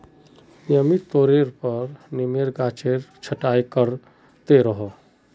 नियमित तौरेर पर नीमेर गाछेर छटाई कर त रोह